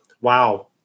Wow